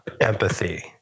empathy